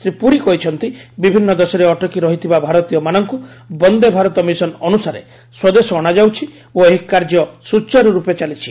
ଶ୍ରୀ ପୁରୀ କହିଛନ୍ତି ବିଭିନ୍ନ ଦେଶରେ ଅଟକି ରହିଥିବା ଭାରତୀୟମାନଙ୍କୁ ବନ୍ଦେ ଭାରତ ମିଶନ୍ ଅନୁସାରେ ସ୍ୱଦେଶ ଅଣାଯାଉଛି ଓ ଏହି କାର୍ଯ୍ୟ ସୂଚାରୁରୂପେ ଚାଲିଛି